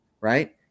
Right